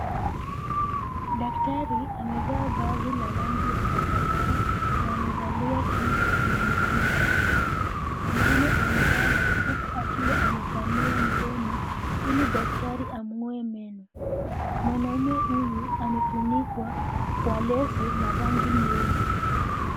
Daktari amevaa viazi la rangi ya zambarau na amevalia kinga kwenye mikono yake. Mwanaume amelala huku akiwa amepanua mdomo ili daktari amng'oe meno. Mwanaume huyu amefunikwa kwa leso la rangi nyeupe.